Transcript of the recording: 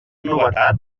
novetat